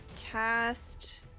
cast